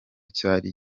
cyari